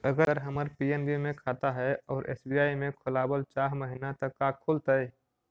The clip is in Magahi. अगर हमर पी.एन.बी मे खाता है और एस.बी.आई में खोलाबल चाह महिना त का खुलतै?